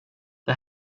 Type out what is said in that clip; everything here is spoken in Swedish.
det